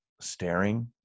staring